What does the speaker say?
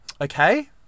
okay